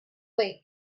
lake